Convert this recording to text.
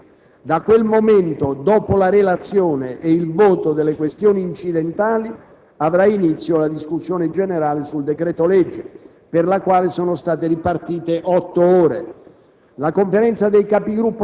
convocata alle ore 9,30. Da quel momento, dopo la relazione e il voto delle questioni incidentali, avrà inizio la discussione generale sul decreto-legge, per la quale sono state ripartite otto ore.